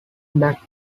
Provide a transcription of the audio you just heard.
that